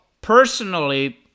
personally